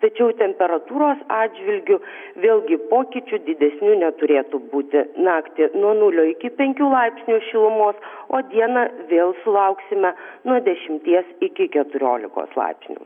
tačiau temperatūros atžvilgiu vėlgi pokyčių didesnių neturėtų būti naktį nuo nulio iki penkių laipsnių šilumos o dieną vėl sulauksime nuo dešimties iki keturiolikos laipsnių